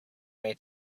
made